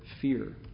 fear